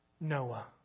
Noah